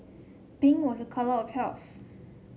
pink was a colour of health